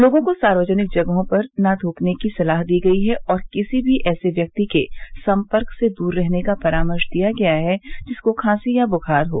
लोगों को सार्वजनिक जगहों पर न थूकने की सलाह दी गई है और किसी भी ऐसे व्यक्ति के संपर्क से दूर रहने का परामर्श दिया गया है जिसको खासी या बुखार हो